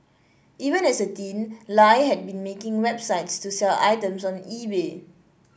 even as a teen Lie had been making websites to sell items on eBay